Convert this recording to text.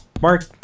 Mark